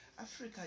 africa